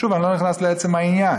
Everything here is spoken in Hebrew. שוב, אני לא נכנס לעצם העניין,